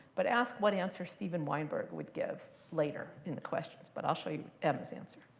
but ask what answer steven weinberg would give later in the questions. but i'll show you emma's answer.